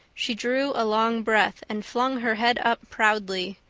she drew a long breath and flung her head up proudly,